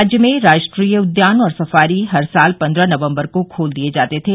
राज्य में राष्ट्रीय उद्यान और सफारी हर साल पन्द्रह नवम्बर को खोल दिए जाते थे